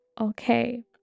okay